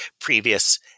previous